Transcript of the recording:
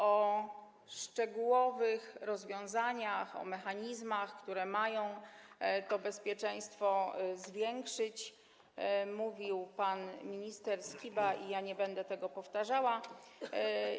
O szczegółowych rozwiązaniach, o mechanizmach, które mają to bezpieczeństwo zwiększyć, mówił pan minister Skiba i nie będę tego powtarzała.